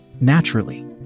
Naturally